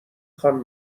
خوان